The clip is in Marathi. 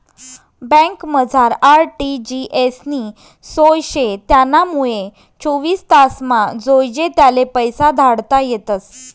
बँकमझार आर.टी.जी.एस नी सोय शे त्यानामुये चोवीस तासमा जोइजे त्याले पैसा धाडता येतस